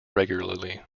regularly